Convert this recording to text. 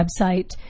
website